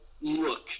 look